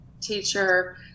teacher